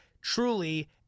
Truly